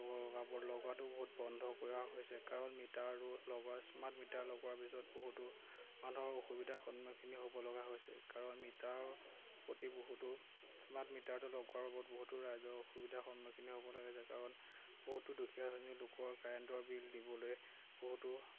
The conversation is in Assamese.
লগোৱাটো বহুত বন্ধ কৰা হৈছে কাৰণ মিটাৰ লগাৰ স্মাৰ্ট মিটাৰ লগোৱাৰ পিছত বহুতো মানুহৰ অসুবিধাৰ সন্মুখিন হ'ব লগা হৈছে কাৰণ মিটাৰৰ প্ৰতি বহুতো স্মাৰ্ট মিটাৰটো লগোৱাৰ ওপৰত বহুতো ৰাইজৰ অসুবিধাৰ সন্মুখীন হ'ব লগা হৈছে কাৰণ বহুতো লোকৰ কাৰেণ্টৰ বিল দিবলৈ বহুতো